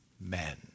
men